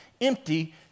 empty